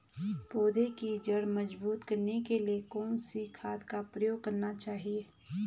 पौधें की जड़ मजबूत करने के लिए कौन सी खाद का प्रयोग करना चाहिए?